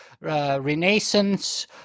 Renaissance